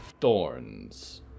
Thorns